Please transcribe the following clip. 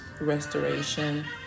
restoration